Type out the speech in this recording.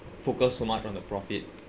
focus too much on the profit